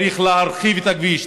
צריך להרחיב את הכביש,